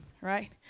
right